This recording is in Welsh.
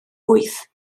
wyth